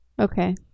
Okay